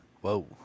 Whoa